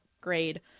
grade